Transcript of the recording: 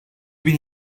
bin